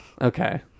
Okay